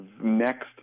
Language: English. next